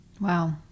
wow